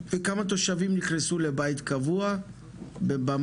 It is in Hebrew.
כמה מגרשים שיווקת ופיתחת שאוכלסו ונקנו